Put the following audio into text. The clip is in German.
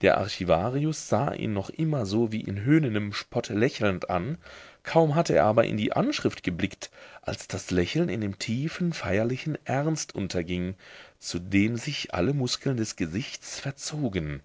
der archivarius sah ihn noch immer so wie in höhnendem spott lächelnd an kaum hatte er aber in die abschrift geblickt als das lächeln in dem tiefen feierlichen ernst unterging zu dem sich alle muskeln des gesichts verzogen